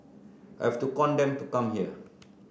I have to con them to come here